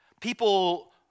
people